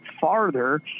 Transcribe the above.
farther